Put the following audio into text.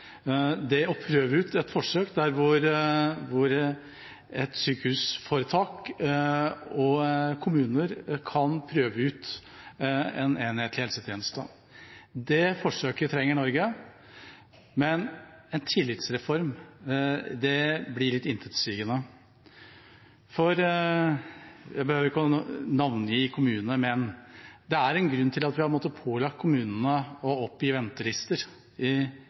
om å prøve ut forsøk hvor et sykehusforetak og kommuner kan prøve ut en enhetlig helsetjeneste. Det forsøket trenger Norge, men en tillitsreform blir litt intetsigende. Jeg behøver ikke navngi kommuner, men det er en grunn til at vi har måttet pålegge kommunene å oppgi ventelister